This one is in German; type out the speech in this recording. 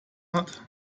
hat